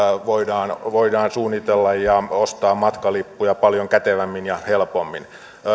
voidaan voidaan suunnitella ja ostaa matkalippuja paljon kätevämmin ja helpommin